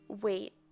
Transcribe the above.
Wait